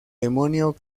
demonio